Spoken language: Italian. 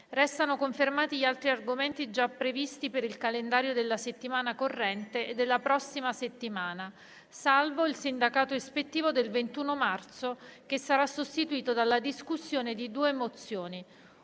Restano confermati gli altri argomenti già previsti per il calendario della settimana corrente e della prossima settimana, salvo il sindacato ispettivo del 21 marzo, che sarà sostituito dalla discussione di due mozioni,